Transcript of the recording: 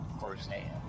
firsthand